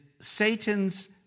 Satan's